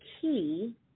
key